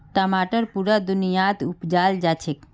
टमाटर पुरा दुनियात उपजाल जाछेक